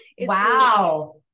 Wow